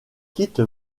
quitte